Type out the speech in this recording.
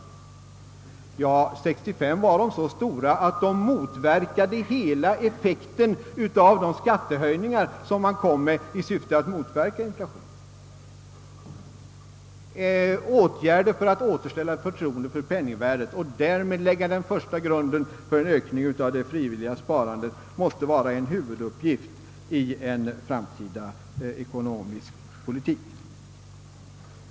1965 var de så stora att de motverkade hela effekten av de skattehöjningar som man vidtog i syfte att motverka inflationen. Åtgärder för att återställa förtroendet för penningvärdet och därmed lägga den första grunden för en ökning av det frivilliga sparandet måste vara en huvuduppgift i en framtida ekonomisk politik.